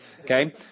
Okay